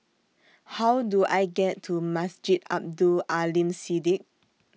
How Do I get to Masjid Abdul Aleem Siddique